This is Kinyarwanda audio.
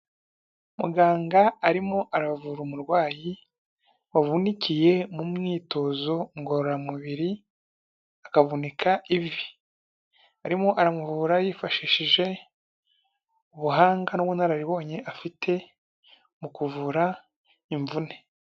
Muganga arimo aravura umurwayi wavunikiye mu myitozo ngororamubiri akavunika ivi, arimo aramuvura yifashishije ubuhanga n'ubunararibonye afite mu kuvura imvune.